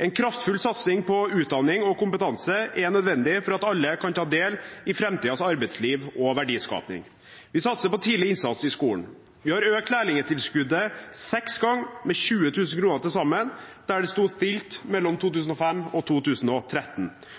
En kraftfull satsing på utdanning og kompetanse er nødvendig for at alle kan ta del i framtidens arbeidsliv og verdiskaping. Vi satser på tidlig innsats i skolen, vi har økt lærlingtilskuddet seks ganger med 20 000 kr til sammen, der det sto stille mellom